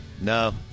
No